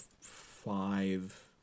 five